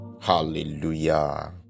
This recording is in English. Hallelujah